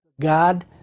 God